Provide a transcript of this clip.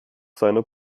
seiner